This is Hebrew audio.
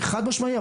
משמעי,